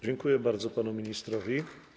Dziękuje bardzo panu ministrowi.